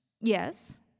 Yes